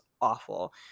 awful